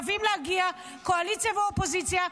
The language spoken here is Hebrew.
קואליציה ואופוזיציה,